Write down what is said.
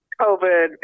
COVID